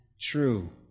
true